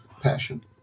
passion